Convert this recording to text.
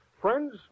Friends